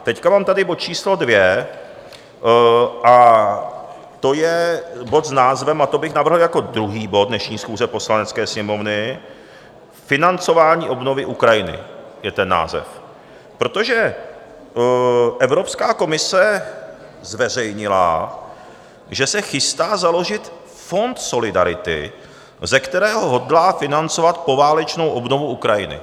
Teď tu mám bod číslo 2, a to je bod s názvem a to bych navrhl jako druhý bod dnešní schůze Poslanecké sněmovny Financování obnovy Ukrajiny je ten název protože Evropská komise zveřejnila, že se chystá založit fond solidarity, ze kterého hodlá financovat poválečnou obnovu Ukrajiny.